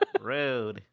Rude